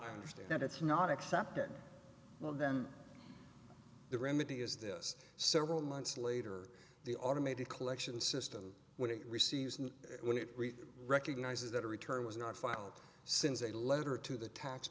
understand that it's not accepted well then the remedy is this several months later the automated collection system when it receives and when it recognises that a return was not filed since a letter to the